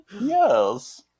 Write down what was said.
Yes